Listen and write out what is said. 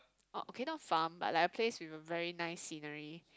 okay not farm but like a place with a very nice scenery